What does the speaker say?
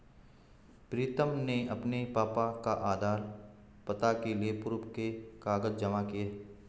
प्रीतम ने अपने पापा का आधार, पता के लिए प्रूफ के कागज जमा किए